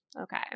Okay